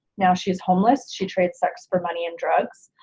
now she's homeless. she trades sex for money and drugs